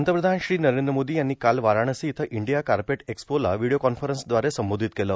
पंतप्रधान श्री नरद्र मोदो यांनी काल वाराणसी इथं ईंडिया कापट एक्सपोला व्हिडिओ कॉन्फरन्सदवारे संबोधित केलं